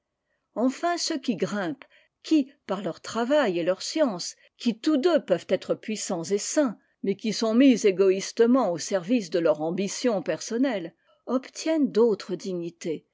enfin ceux qui grimpent qui par leur travail et leur science qui tous deux peuvent être puissants et sains mais qui sont mis égoïstement au service de leur ambition personnelle obtiennent d'autres dignités